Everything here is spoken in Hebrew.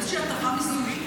איזושהי הטבה מיסויית,